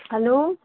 hello